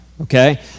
Okay